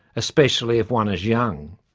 especially if one is young.